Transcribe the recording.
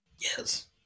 Yes